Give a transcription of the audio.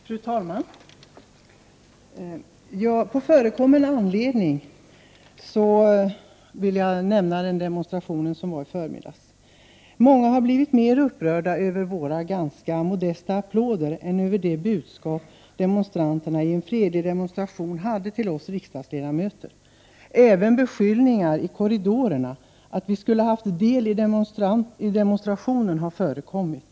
Fru talman! På förekommen anledning vill jag nämna demonstrationen i förmiddags. Många har blivit mer upprörda över miljöpartiets ledamöters ganska modesta applåder än över det budskap demonstranterna i en fredlig demonstration hade till oss riksdagsledamöter. Även beskyllningar i korridorerna om att vi skulle ha haft del i demonstrationen har förekommit.